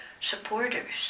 supporters